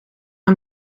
hem